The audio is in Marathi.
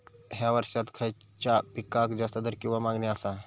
हया वर्सात खइच्या पिकाक जास्त दर किंवा मागणी आसा?